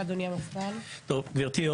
גברתי,